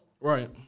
Right